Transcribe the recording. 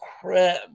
crap